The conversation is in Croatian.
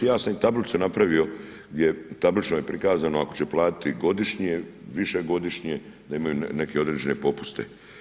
I ja sam i tablicu napravio gdje, tablično je prikazano ako će platiti godišnje, više godišnje da imaju neke određene popuste.